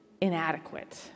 inadequate